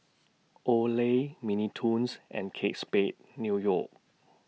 Olay Mini Toons and Kate Spade New York